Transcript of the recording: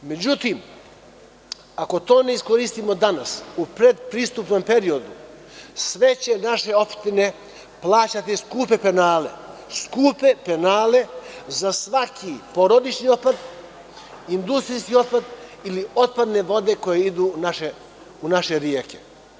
Međutim, ako to ne iskoristimo danas u predpristupnom periodu, sve će naše opštine plaćati skupe penele, skupe penale za svaki porodični otpad, industrijski otpad ili otpadne vode koje idu u naše reke.